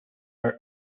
are